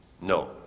No